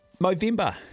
Movember